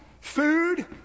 food